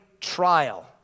trial